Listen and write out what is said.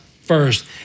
first